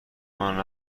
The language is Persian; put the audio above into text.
منو